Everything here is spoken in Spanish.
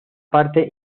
parte